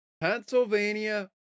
Pennsylvania